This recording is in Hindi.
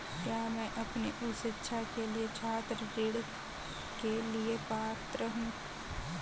क्या मैं अपनी उच्च शिक्षा के लिए छात्र ऋण के लिए पात्र हूँ?